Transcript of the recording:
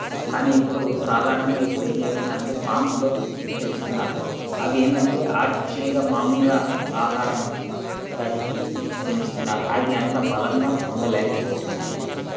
కానీ ఇప్పుడు సాధారణంగా ఇప్పుడేం జేస్తున్నారంటే ఫామ్స్లో పెంచుతున్నారు అవి ఏందంటే ఆర్టిఫిషియల్గా మాములుగా ఆహారము దాటికి ఇచ్చి పెంచుతున్నారు అవి అంత బలంగా ఉండలేకపోతున్నాయి